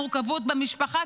מורכבות במשפחה,